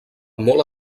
molt